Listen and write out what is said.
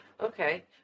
Okay